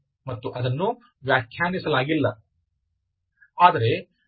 ಮತ್ತು ಅದನ್ನು ವ್ಯಾಖ್ಯಾನಿಸಲಾಗಿಲ್ಲ